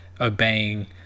obeying